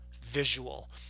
visual